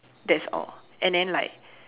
that's all and then like